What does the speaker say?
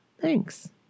thanks